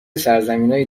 سرزمینای